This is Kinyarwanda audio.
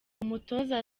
umutoza